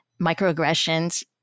microaggressions